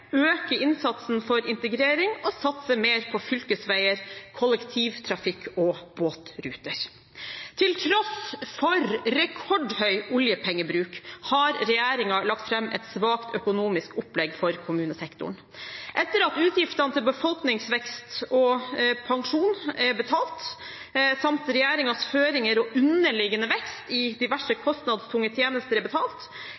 innsatsen for integrering og satse mer på fylkesveier, kollektivtrafikk og båtruter. Til tross for rekordhøy oljepengebruk har regjeringen lagt fram et svakt økonomisk opplegg for kommunesektoren. Etter at utgiftene til befolkningsvekst og pensjon er betalt, samt regjeringens føringer og underliggende vekst i diverse